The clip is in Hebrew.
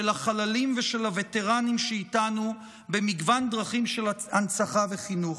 החללים ושל הווטרנים שאיתנו במגוון דרכים של הנצחה וחינוך.